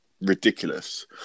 ridiculous